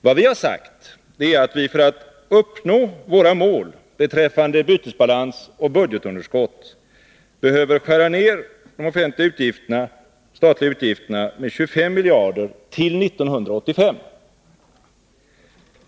Det vi har sagt är att vi för att uppnå våra mål beträffande bytesbalans och budgetunderskott behöver skära ner de offentliga statliga utgifterna med 25 miljarder till 1985.